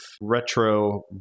Retro